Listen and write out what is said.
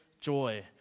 Joy